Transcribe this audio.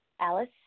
Alice